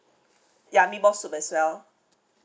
ya meatball soup as well